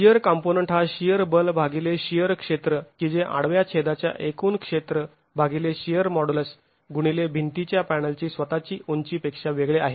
shear component हा shear बल भागिले शिअर क्षेत्र की जे आडव्या छेदाच्या एकूण क्षेत्र भागिले शिअर मॉडुलस गुणिले भिंतीच्या पॅनलची स्वतःची उंची पेक्षा वेगळे आहे